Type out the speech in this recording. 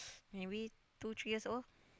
maybe two three years old